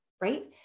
right